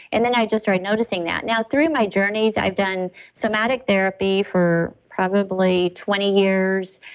and then i just started noticing that now through my journeys i've done somatic therapy for probably twenty years.